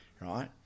Right